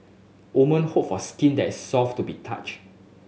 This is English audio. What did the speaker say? women hope for skin that is soft to the touch